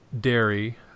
dairy